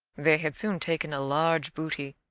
they had soon taken a large booty,